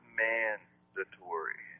mandatory